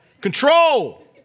Control